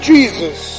Jesus